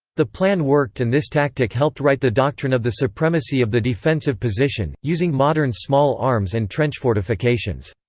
the plan worked and this tactic helped write the doctrine of the supremacy of the defensive position, using modern small arms and trench fortifications.